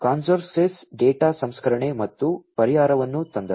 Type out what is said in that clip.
ಕಾರ್ನೌಸ್ಕೋಸ್ data ಸಂಸ್ಕರಣೆಗೆ ಮತ್ತೊಂದು ಪರಿಹಾರವನ್ನು ತಂದರು